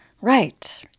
Right